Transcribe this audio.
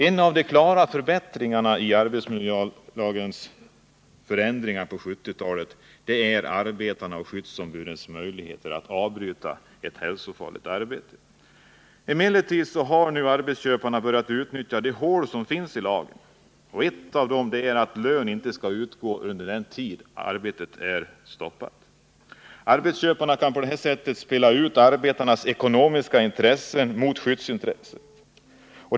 En av de klara förbättringarna i arbetsmiljölagen under 1970-talet är arbetarnas och skyddsombudens möjligheter att avbryta ett hälsofarligt arbete. Arbetsköparna har emellertid börjat utnyttja de hål som finns i lagen. Ett av hålen är att lön inte skall utgå under den tid som arbetet är stoppat. Arbetsköparna kan på detta sätt spela ut arbetarnas ekonomiska intresse mot skyddsintresset.